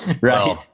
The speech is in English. Right